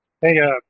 Hey